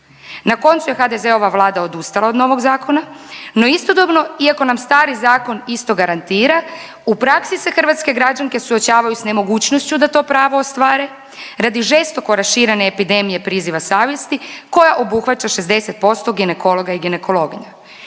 Na koncu je HDZ-ova vlada odustala od novog zakona, no istodobno iako nam stari zakon isto garantira u praksi se hrvatske građanke suočavaju s nemogućnošću da to pravo ostvare radi žestoko raširene epidemije priziva savjesti koja obuhvaća 60% ginekologa i ginekologinja.